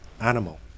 animal